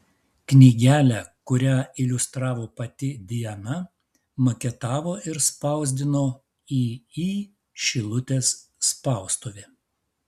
knygelę kurią iliustravo pati diana maketavo ir spausdino iį šilutės spaustuvė